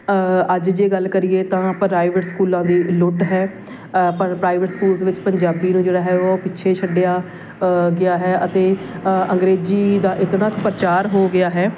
ਅੱਜ ਜੇ ਗੱਲ ਕਰੀਏ ਤਾਂ ਪ੍ਰਾਈਵੇਟ ਸਕੂਲਾਂ ਦੀ ਲੁੱਟ ਹੈ ਪਰ ਪ੍ਰਾਈਵੇਟ ਸਕੂਲਸ ਵਿੱਚ ਪੰਜਾਬੀ ਨੂੰ ਜਿਹੜਾ ਹੈ ਉਹ ਪਿੱਛੇ ਛੱਡਿਆ ਗਿਆ ਹੈ ਅਤੇ ਅੰਗਰੇਜ਼ੀ ਦਾ ਇਤਨਾ ਕੁ ਪ੍ਰਚਾਰ ਹੋ ਗਿਆ ਹੈ